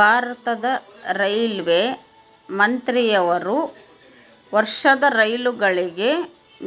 ಭಾರತದ ರೈಲ್ವೆ ಮಂತ್ರಿಯವರು ವರ್ಷದ ರೈಲುಗಳಿಗೆ